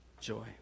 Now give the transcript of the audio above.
joy